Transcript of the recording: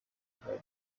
bwawe